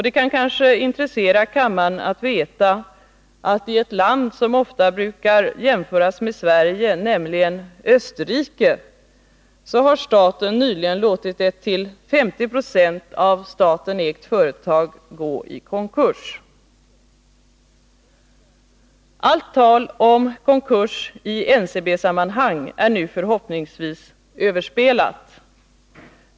Det kanske kan intressera kammaren att veta att i ett land som ofta brukar jämföras med Sverige, nämligen Österrike, har staten nyligen låtit ett av staten till 50 26 ägt företag gå i konkurs. Allt tal om konkurs i NCB-sammanhang är nu förhoppningsvis överspelat.